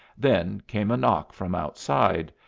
then came a knock from outside,